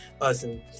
awesome